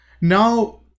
Now